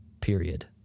period